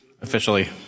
Officially